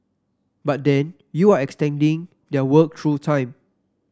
but then you're extending their work through time